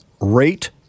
rate